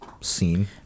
scene